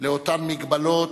לאותן מגבלות,